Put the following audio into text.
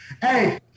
Hey